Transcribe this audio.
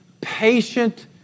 patient